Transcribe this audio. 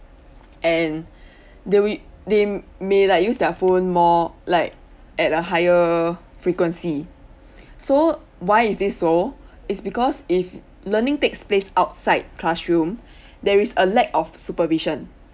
and they wi~ they may like use their phone more like at a higher frequency so why is this so is because if learning takes place outside classroom there is a lack of supervision